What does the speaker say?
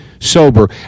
sober